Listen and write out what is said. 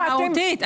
משמעותית.